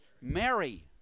Mary